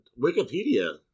Wikipedia